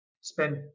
spend